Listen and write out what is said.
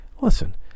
listen